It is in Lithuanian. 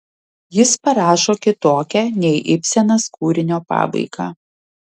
jis parašo kitokią nei ibsenas kūrinio pabaigą